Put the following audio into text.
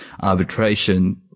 arbitration